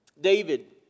David